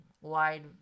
wide